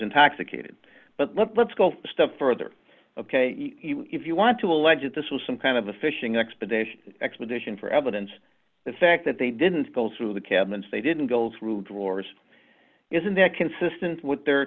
intoxicated but let's go a step further ok if you want to allege that this was some kind of a fishing expedition expedition for evidence the fact that they didn't go through the cabins they didn't go through drawers isn't that consistent with their